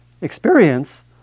Experience